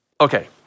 Okay